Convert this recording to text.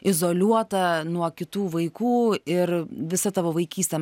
izoliuota nuo kitų vaikų ir visa tavo vaikystė